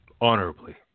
honorably